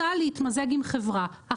עכשיו היא רוצה להתמזג עם חברה אחרת,